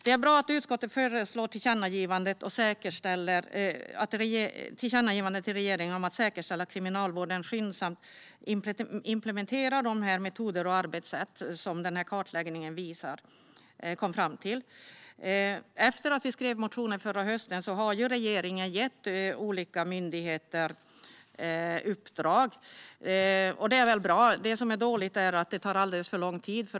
Det är bra att utskottet föreslår ett tillkännagivande till regeringen om att säkerställa att Kriminalvården skyndsamt ska implementera de metoder och arbetssätt som denna kartläggning kommit fram till. Efter att vi skrev motionen förra hösten har regeringen gett uppdrag till olika myndigheter. Detta är bra, men det tar alldeles för lång tid.